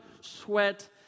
sweat